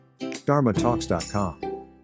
dharmatalks.com